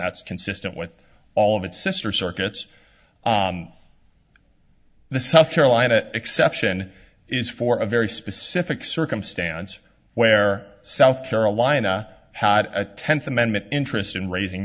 that's consistent with all of its sister circuits the south carolina exception is for a very specific circumstance where south carolina had a tenth amendment interest in raising